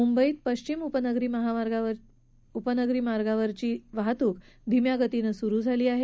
मुंबई पश्चिम उपनगरी मार्गावरील वाहतूक धिम्या गतीनं सुरु झाली आहे